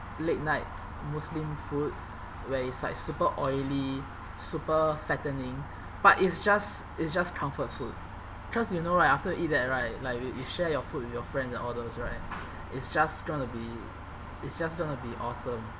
late night muslim food where it's like super oily super fattening but it's just it's just comfort food cause you know right after eat that right like you you share your food with your friend and all those right it's just gonna be it's just gonna be awesome